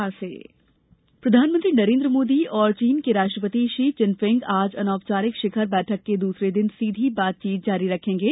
भारत चीन बैठक प्रधानमंत्री नरेन्द्र मोदी और चीन के राष्ट्रपति शी चिनफिंग आज अनौपचारिक शिखर बैठक के द्रसरे दिन सीधी बातचीत जारी रखेंगे